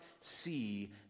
see